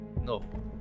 No